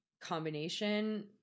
combination